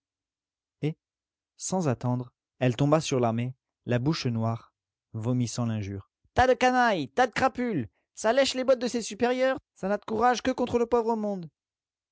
sans attendre elle tomba sur l'armée la bouche noire vomissant l'injure tas de canailles tas de crapules ça lèche les bottes de ses supérieurs ça n'a de courage que contre le pauvre monde